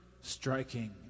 Striking